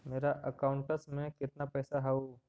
मेरा अकाउंटस में कितना पैसा हउ?